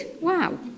Wow